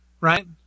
Right